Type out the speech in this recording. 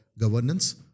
governance